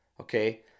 Okay